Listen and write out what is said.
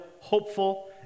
hopeful